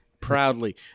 Proudly